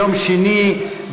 ביום שני,